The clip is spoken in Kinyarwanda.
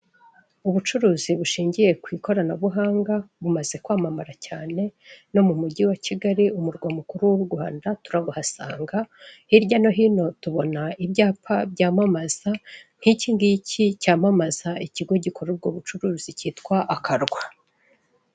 Ubucuruzi bushingiye kw'ikoranabuhanga bumaze kwamamara cyane, no mu mujyi wa Kigali umurwa mukuru w'u Rwanda turabuhasanga. Hirya no hino tubona ibyapa byamamaza nk'ikingiki cyamamaza ikigo gikora ubwo bucuruzi cyitwa Akarwa.